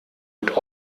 mit